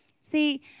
See